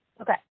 Okay